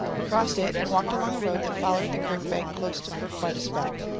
we crossed it and walked along a road that follered the crick bank closte fur quite a spell.